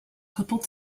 couple